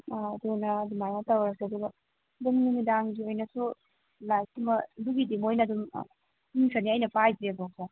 ꯑꯥ ꯑꯗꯨꯅ ꯑꯗꯨꯃꯥꯏꯅ ꯇꯧꯔꯁꯦ ꯑꯗꯨꯒ ꯑꯗꯨꯝ ꯅꯨꯃꯤꯗꯥꯡꯒꯤ ꯑꯣꯏꯅꯁꯨ ꯂꯥꯏꯠ ꯀꯨꯝꯕ ꯑꯗꯨꯒꯤꯗꯤ ꯃꯣꯏꯅ ꯑꯗꯨꯝ ꯑꯩꯅ ꯄꯥꯏꯗ꯭ꯔꯦꯕꯀꯣ